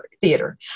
theater